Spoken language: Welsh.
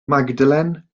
magdalen